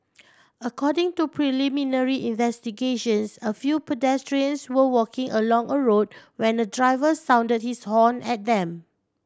according to preliminary investigations a few pedestrians were walking along a road when a driver sounded his horn at them